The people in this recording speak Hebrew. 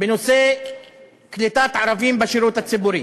בנושא קליטת ערבים בשירות הציבורי,